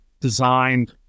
designed